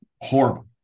horrible